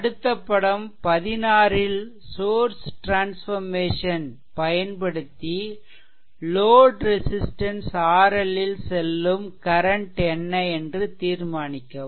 அடுத்து படம் 16 ல் சோர்ஸ் ட்ரான்ஸ்ஃபெர்மேசன் பயன்படுத்தி லோட் ரெசிஸ்ட்டன்ஸ் RL ல் செல்லும் கரன்ட் என்ன என்று தீர்மானிக்கவும்